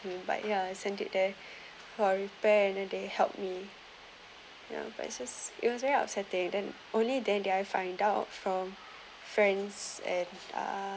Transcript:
but yeah isn't it there for repair and then they helped me ya but it's just it was very upsetting then only then then I find out from friends and uh